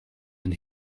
and